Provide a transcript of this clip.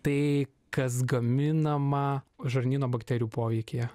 tai kas gaminama žarnyno bakterijų poveikyje